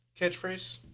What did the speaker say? catchphrase